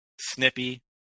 snippy